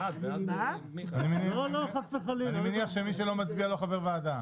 אני מניח שמי שלא מצביע לא חבר ועדה.